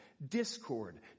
discord